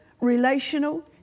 relational